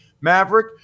Maverick